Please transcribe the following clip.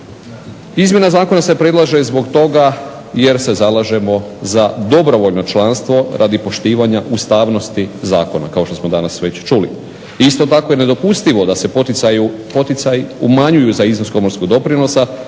Izmjena zakona se predlaže zbog toga jer se zalažemo za dobrovoljno članstvo radi poštivanja ustavnosti zakona kao što smo već danas čuli. Isto tako je nedopustivo da se poticaji umanjuju za iznos komorskog doprinosa